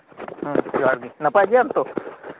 ᱦᱮᱸ ᱡᱚᱦᱟᱨᱜᱤ ᱱᱟᱯᱟᱭ ᱜᱮᱭᱟᱢ ᱛᱚ